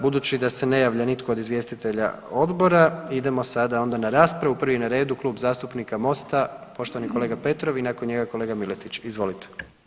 Budući da se ne javlja nitko od izvjestitelja odbora idemo sada onda na raspravu, prvi je na redu Klub zastupnika Mosta, poštovani kolega Petrov i nakon njega kolega Miletić, izvolite.